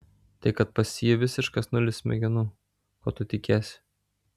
tai kad pas jį visiškas nulis smegenų ko tu tikiesi